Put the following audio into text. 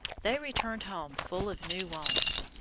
they returned home full of new wants.